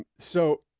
so,